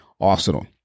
arsenal